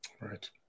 Right